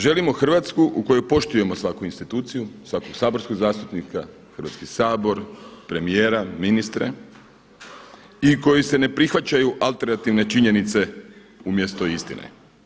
Želimo Hrvatsku u kojoj poštujemo svaku instituciju, svakog saborskog zastupnika, Hrvatski sabor, premijera, ministre i koji se ne prihvaćaju alternativne činjenice umjesto istine.